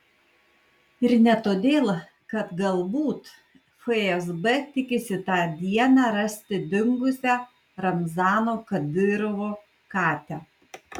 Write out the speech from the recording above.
ir ne todėl kad galbūt fsb tikisi tą dieną rasti dingusią ramzano kadyrovo katę